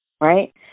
right